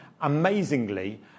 amazingly